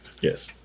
Yes